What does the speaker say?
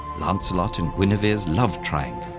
lancelot, and guinevere's love triangle.